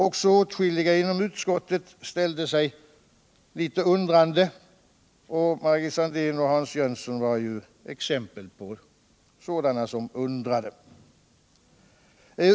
Också atskilliga inom utskottet ställde sig litet undrande; Margit Sandéhn och Hans Jönsson är ju exempel på sådana som undrade.